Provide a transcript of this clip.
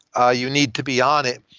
ah you need to be on it.